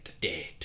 Dead